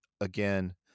again